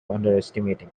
underestimating